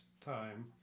time